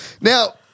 Now